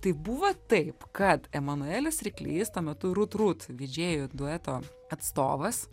tai buvo taip kad emanuelis ryklys tuo metu rut rut didžėjų dueto atstovas